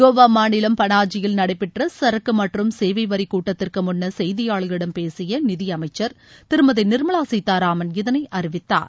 கோவா மாநிலம் பனாஜியில் நடைபெற்ற சரக்கு மற்றம் சேவை வரி கூட்டத்திற்கு முன்னர் செய்தியாளர்களிடம் பேசிய நிதி அமைச்ச் திருமதி நிர்மலா சீத்தாராமன் இதனை அறிவித்தார்